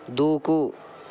దూకు